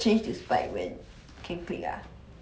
ta-da look at this cutie spike